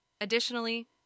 Additionally